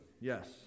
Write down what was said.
Yes